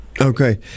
Okay